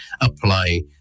apply